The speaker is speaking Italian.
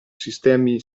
sistemi